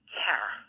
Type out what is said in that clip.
care